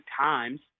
times